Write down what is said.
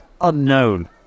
unknown